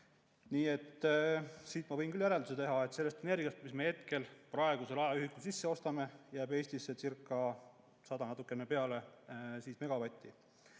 siit ma võin küll järelduse teha, et sellest energiast, mis me hetkel, praegusel ajaühikul sisse ostame, jääb Eestissecirca100 ja natukene peale megavatti.